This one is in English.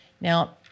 Now